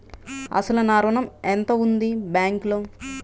అసలు నా ఋణం ఎంతవుంది బ్యాంక్లో?